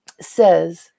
says